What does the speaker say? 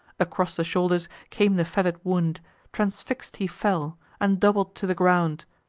across the shoulders came the feather'd wound transfix'd he fell, and doubled to the ground.